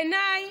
בעיניי,